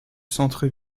centre